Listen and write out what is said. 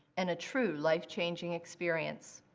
and a true life-changing experience.